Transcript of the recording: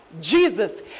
Jesus